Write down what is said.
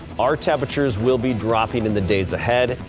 our temperatures will be dropping in the days ahead,